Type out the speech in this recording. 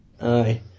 Aye